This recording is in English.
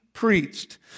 preached